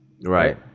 Right